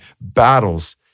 battles